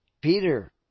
Peter